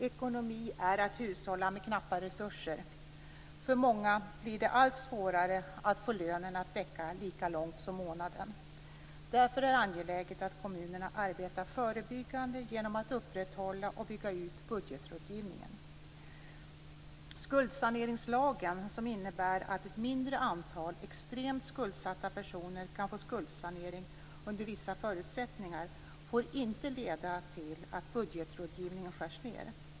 Ekonomi är att hushålla med knappa resurser. För många blir det allt svårare att få lönen att räcka lika långt som månaden. Därför är det angeläget att kommunerna arbetar förebyggande genom att upprätthålla och bygga ut budgetrådgivningen. Skuldsaneringslagen, som innebär att ett mindre antal extremt skuldsatta personer kan få skuldsanering under vissa förutsättningar, får inte leda till att budgetrådgivning skärs ned.